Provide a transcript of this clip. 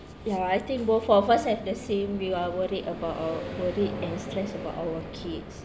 ya I think both of us have the same we are worried about our worried and stressed about our kids